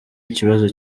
ikibazo